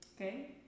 Okay